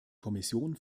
kommission